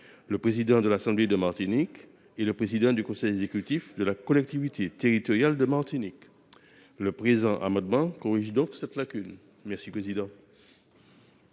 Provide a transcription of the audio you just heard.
le président de l’assemblée de Martinique et le président du conseil exécutif de la collectivité territoriale de Martinique. Le présent amendement vise donc à corriger cette